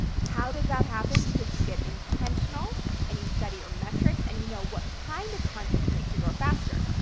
how does that happen? because you get intentional and you study your metrics and you know what kind of content to make to grow faster.